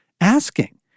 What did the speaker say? asking